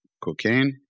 cocaine